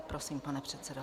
Prosím, pane předsedo.